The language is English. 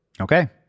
Okay